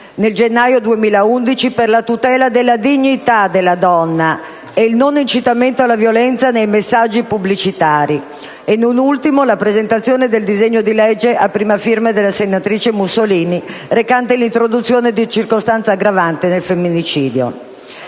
26 gennaio 2011 per la tutela della dignità della donna e il non incitamento alla violenza nei messaggi pubblicitari e, non ultimo, con la presentazione del disegno di legge, a prima firma della senatrice Mussolini, recante l'introduzione di circostanze aggravanti nel femminicidio.